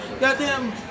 Goddamn